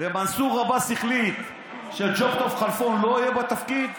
מנסור עבאס החליט שג'וב טוב כלפון לא יהיה בתפקיד,